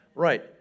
Right